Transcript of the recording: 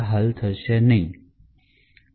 હલ થશે નહીં